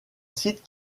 site